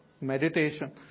meditation